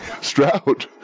Stroud